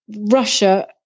Russia